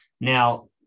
Now